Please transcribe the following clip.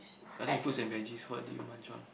other than fruits and veggies what do you munch on